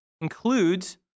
includes